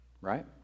Right